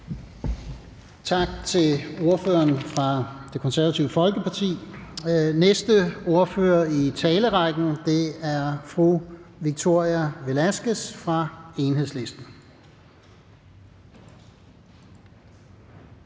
Tak til ordføreren fra Det Konservative Folkeparti. Næste ordfører i talerrækken er fru Victoria Velasquez fra Enhedslisten.